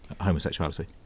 homosexuality